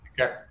Okay